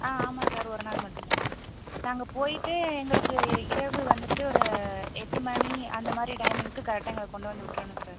ஆ ஆமாம் சார் ஒரு நாள் மட்டும்தான் நாங்கள் போய்விட்டு எங்களுக்கு இரவு வந்துட்டு ஒரு எட்டு மணி அந்தமாதிரி டைமிங்க்கு கரெக்டாக எங்களை கொண்டு வந்து விட்டுறணும் சார்